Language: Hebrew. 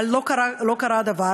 אבל לא קרה דבר.